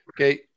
okay